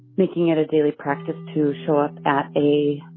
making it a daily practice to show up at a